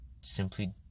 simply